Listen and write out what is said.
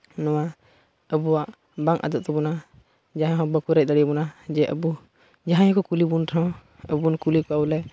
ᱱᱚᱣᱟ ᱟᱵᱚᱣᱟᱜ ᱵᱟᱝ ᱟᱫᱚᱜ ᱛᱟᱵᱚᱱᱟ ᱡᱟᱦᱟᱸᱭ ᱦᱚᱲ ᱵᱟᱠᱚ ᱨᱮᱡ ᱫᱟᱲᱮ ᱟᱵᱚᱱᱟ ᱡᱮ ᱟᱵᱚ ᱡᱟᱦᱟᱸᱭ ᱠᱚ ᱠᱩᱞᱤ ᱵᱚᱱ ᱨᱮᱦᱚᱸ ᱟᱵᱚ ᱵᱚᱱ ᱠᱩᱞᱤ ᱠᱚᱣᱟ ᱵᱚᱞᱮ